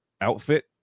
outfit